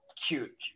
cute